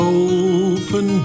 open